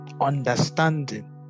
understanding